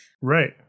right